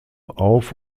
auf